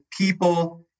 people